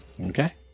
Okay